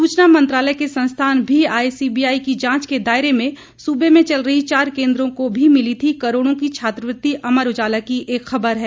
सूचना मंत्रालय के संस्थान भी आए सीबीआई की जांच के दायरे में सूबे में चल रहे चार केंद्रों को भी मिली थी करोड़ों की छात्रवृति अमर उजाला की एक खबर है